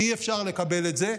אי-אפשר לקבל את זה,